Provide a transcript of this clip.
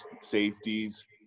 safeties